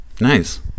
nice